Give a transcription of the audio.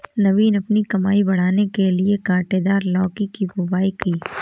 नवीन अपनी कमाई बढ़ाने के लिए कांटेदार लौकी की बुवाई की